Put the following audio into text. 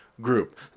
group